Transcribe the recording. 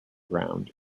ground